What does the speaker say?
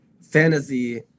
fantasy